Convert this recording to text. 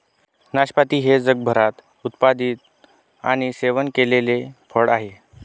नाशपाती हे जगभरात उत्पादित आणि सेवन केलेले फळ आहे